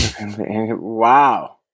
Wow